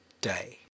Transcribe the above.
day